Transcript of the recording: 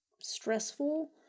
stressful